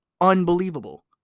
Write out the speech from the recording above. unbelievable